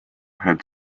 had